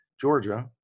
Georgia